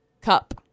Cup